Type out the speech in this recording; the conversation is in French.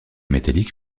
métallique